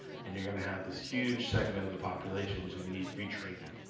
and you're gonna have this huge segment of the population is gonna need retraining.